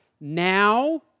now